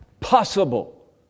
possible